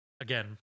again